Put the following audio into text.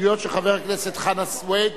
של ועדת העבודה,